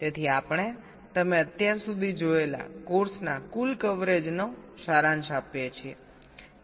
તેથી આપણે તમે અત્યાર સુધી જોયેલા કોર્સના કુલ કવરેજનો સારાંશ આપીએ છીએ